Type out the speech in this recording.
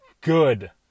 good